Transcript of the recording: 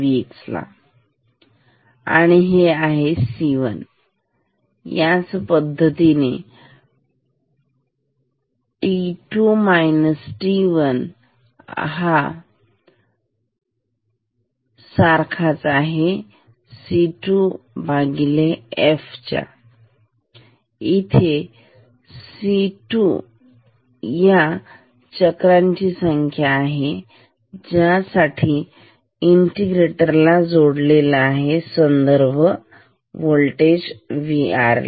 हे आहे C1 आणि त्याच पद्धतीने t2 t1 हा सारखाच आहे c2f इथे सी टू C2 हा चक्रांची संख्या आहे ज्यासाठी इंटिग्रेटरला जोडलेला आहे संदर्भ संख्या Vr ला